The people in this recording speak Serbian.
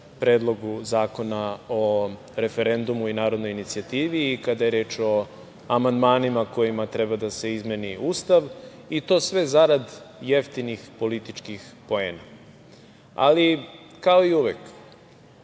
Predlogu zakona o referendumu i narodnoj inicijativi i kada je reč o amandmanima kojima treba da se izmeni Ustav, i to sve zarad jeftinih političkih poena. Ali, kao i uvek,